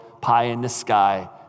pie-in-the-sky